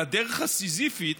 הדרך הסיזיפית,